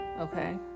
Okay